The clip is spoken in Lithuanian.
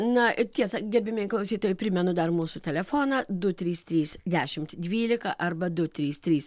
na ir tiesa gerbiami klausytojai primenu dar mūsų telefoną du trys trys dešimt dvylika arba du trys trys